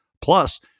plus